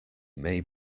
may